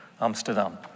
amsterdam